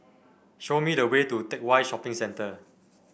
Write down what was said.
show me the way to Teck Whye Shopping Centre